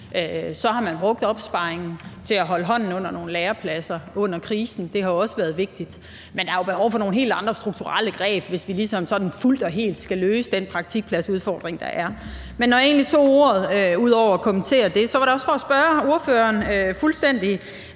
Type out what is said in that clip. Man har så brugt opsparingen til at holde hånden under nogle lærepladser under krisen, og det har også været vigtigt, men der er jo behov for nogle helt andre strukturelle greb, hvis vi ligesom sådan fuldt og helt skal løse den praktikpladsudfordring, der er. Men når jeg tog ordet, var det ud over at kommentere det egentlig også for at spørge ordføreren, hvad han